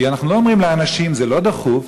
כי אנחנו לא אומרים לאנשים: זה לא דחוף,